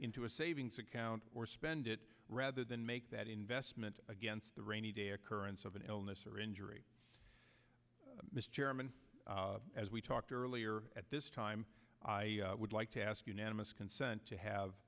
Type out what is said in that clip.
into a savings account or spend it rather than make that investment against the rainy day occurrence of an illness or injury mr chairman as we talked earlier at this time i would like to ask unanimous consent to have